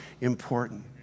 important